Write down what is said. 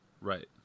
Right